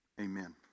amen